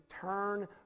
turn